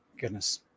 goodness